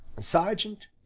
Sergeant